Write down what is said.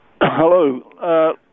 Hello